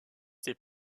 ses